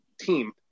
team